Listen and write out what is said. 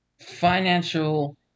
financial